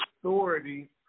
authority